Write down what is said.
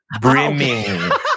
Brimming